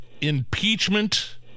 impeachment